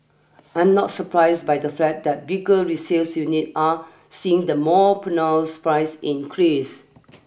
I am not surprised by the fact that bigger resales unit are seeing the more pronounced price increase